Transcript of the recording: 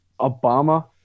Obama